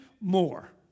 more